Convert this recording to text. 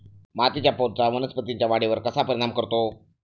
मातीच्या पोतचा वनस्पतींच्या वाढीवर कसा परिणाम करतो?